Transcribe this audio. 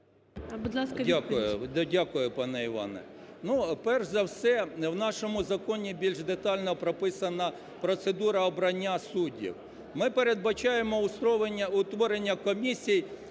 Дякую, пане Іване. Ну, перш за все, в нашому законі більш детально прописана процедура обрання суддів. Ми передбачаємо утворення комісій